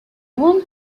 one